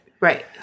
Right